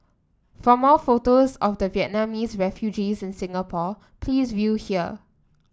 for more photos of the Vietnamese refugees in Singapore please view here